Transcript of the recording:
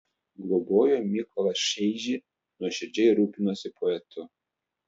globojo mykolą šeižį nuoširdžiai rūpinosi poetu